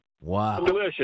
Wow